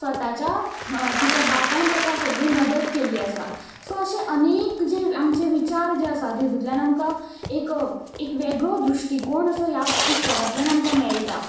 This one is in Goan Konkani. स्वताच्या तिच्या बापायन तेका सगली मदत केल्ली आसा सो अशें अनेक जे आमचे विचार जे आसा तितूंतल्यान आमकां एक एक वेगळो दृश्टीकोण असो ह्या पुस्तकांतल्यान आमकां मेळटा